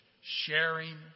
sharing